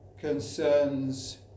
concerns